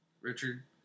Richard